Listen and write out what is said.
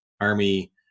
army